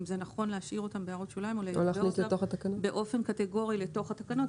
ייתכן שנשלב אותן באופן קטגורי בתוך התקנות.